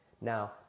Now